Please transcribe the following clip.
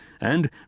and